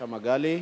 בבקשה, מגלי.